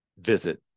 Visit